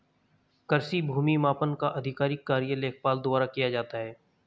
कृषि भूमि मापन का आधिकारिक कार्य लेखपाल द्वारा किया जाता है